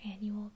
annual